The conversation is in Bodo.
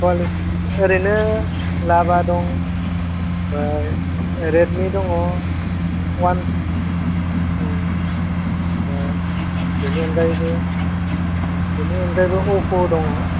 क'वालिटि ओरैनो लाभा दं ओमफ्राय रेडमि दङ अवान ओं आमफ्राय बेनि अनगायैबो बेनि अनगायैबो अफ' दङ